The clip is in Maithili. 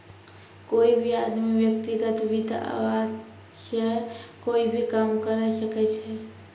कोई भी आदमी व्यक्तिगत वित्त वास्तअ कोई भी काम करअ सकय छै